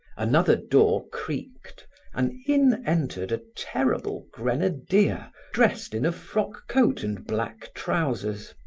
another door creaked and in entered a terrible grenadier dressed in a frock-coat and black trousers.